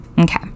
okay